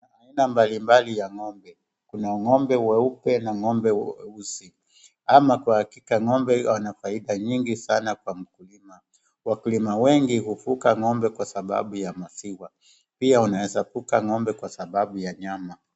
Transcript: Aina mbali mbali ya ng'ombe kuna ngombe weupe na ng'ombe weusi ama kwa hakika ng'ombe wana faida nyingi kwa mkulima. Wakulima wengi hufuga ng'ombe wengi kwa sababu ya maziwa pia unaweza fuga ng'ombe kwa kwa sababu ya nyama.